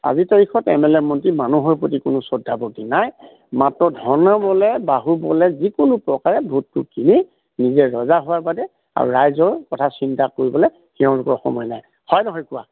আজিৰ তাৰিখত M L A মন্ত্ৰী মানুহৰ প্ৰতি কোনো শ্ৰদ্ধা ভক্তি নাই মাত্ৰ ধনে বলে বাহু বলে যিকোনো প্ৰকাৰে ভোটটো কিনি নিজে ৰজা হোৱাৰ বাদে আৰু ৰাইজৰ কথা চিন্তা কৰিবলৈ লোকৰ সময় নাই হয় নহয় কোৱা